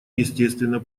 естественно